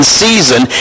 season